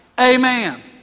Amen